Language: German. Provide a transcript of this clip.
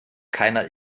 keiner